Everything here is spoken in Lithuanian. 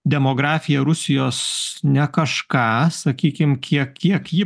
demografija rusijos ne kažką sakykim kiek kiek ji